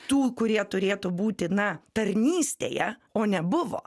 tų kurie turėtų būti na tarnystėje o nebuvo